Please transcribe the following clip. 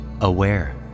aware